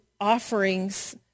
offerings